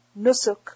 nusuk